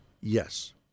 yes